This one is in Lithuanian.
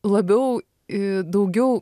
labiau i daugiau